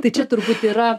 tai čia turbūt yra